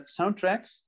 Soundtracks